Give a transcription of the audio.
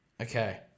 okay